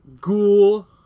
Ghoul